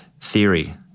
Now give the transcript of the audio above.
theory